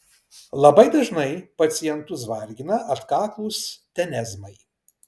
labai dažnai pacientus vargina atkaklūs tenezmai